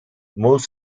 most